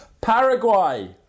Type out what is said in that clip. Paraguay